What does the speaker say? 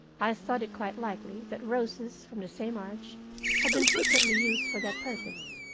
i thought it quite likely that roses from the same arch had been frequently used for that purpose.